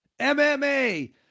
MMA